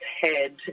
head